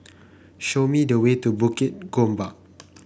show me the way to Bukit Gombak